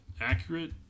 accurate